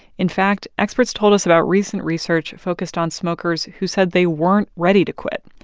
in fact, experts told us about recent research focused on smokers who said they weren't ready to quit.